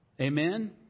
Amen